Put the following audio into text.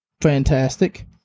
fantastic